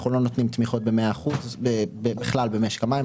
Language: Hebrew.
אנחנו לא נותנים תמיכות במאה אחוז בכלל במשק המים,